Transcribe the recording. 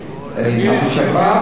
ביום שבת,